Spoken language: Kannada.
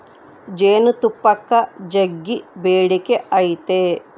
ಜೇನುತುಪ್ಪಕ್ಕ ಜಗ್ಗಿ ಬೇಡಿಕೆ ಐತೆ